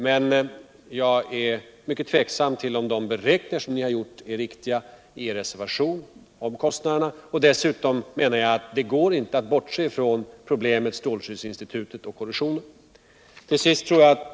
Men jag är mycket tveksam om de beräkningar ni har gjort i reservationen är riktiga. Dessutom menar jag att man inte kan bortse från strålskyddsinstitutet och korrosionen. Till sist, herr talman.